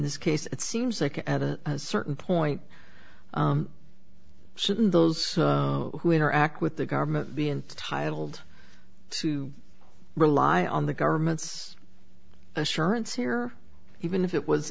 this case it seems like at a certain point shouldn't those who interact with the government be intitled to rely on the government's assurance here even if it was